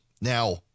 Now